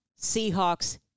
seahawks